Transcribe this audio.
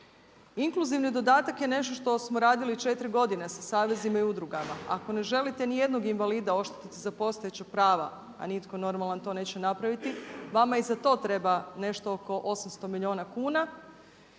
Inkluzivni dodatak je nešto što smo radili 4 godine sa savezima i udrugama, ako ne želite ni jednog invalida oštetiti za postojeća prava a nitko normalan to neće napraviti vama i za to treba nešto oko 800 milijuna kuna